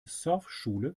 surfschule